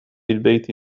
البيت